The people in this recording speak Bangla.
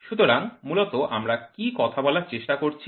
সুতরাং মূলত আমরা কী কথা বলার চেষ্টা করছি